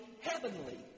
heavenly